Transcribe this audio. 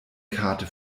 karte